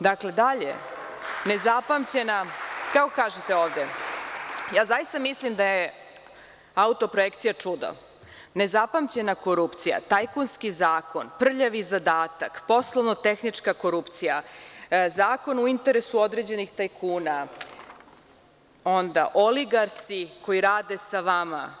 Dakle, dalje nezapamćena, kako kažete ovde, ja zaista mislim da je autoprojekcija čudo, nezapamćena korupcija, tajkunski zakon, prljavi zadatak, poslovno-tehnička korupcija, zakon u interesu određenih tajkuna, onda oligarsi koji rade sa vama.